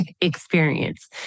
experience